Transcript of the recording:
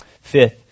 fifth